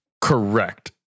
Correct